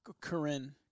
Corinne